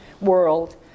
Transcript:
world